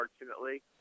unfortunately